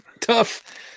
Tough